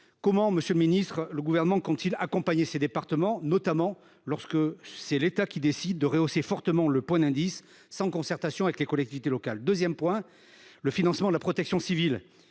départements. Monsieur le ministre, comment le Gouvernement compte t il accompagner les départements, notamment lorsque c’est l’État qui décide de rehausser fortement le point d’indice sans concertation avec les collectivités locales ? J’évoquerai un second point, le financement de la protection civile,